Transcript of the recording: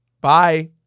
Bye